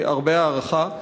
הרבה הערכה.